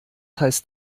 heißt